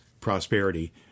prosperity